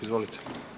Izvolite.